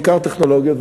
בעיקר טכנולוגיות,